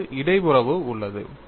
ஒரு இடை உறவு உள்ளது